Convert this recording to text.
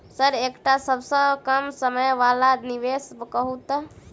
Sir एकटा सबसँ कम समय वला निवेश कहु तऽ?